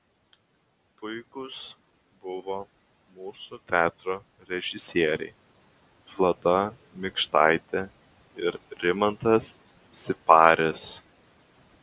puikūs buvo mūsų teatro režisieriai vlada mikštaitė ir rimantas siparis